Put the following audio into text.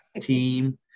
team